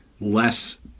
less